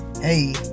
hey